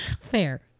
Fair